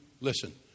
Listen